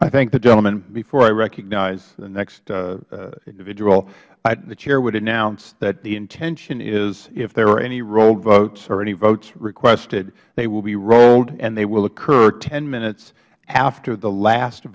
i thank the gentleman before i recognize the next individual the chair would announce that the intention is if there are any rolled votes or any votes requested they will be rolled and they will occur ten minutes after the last